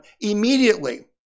immediately